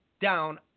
down